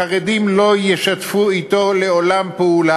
החרדים לעולם לא ישתפו אתו פעולה,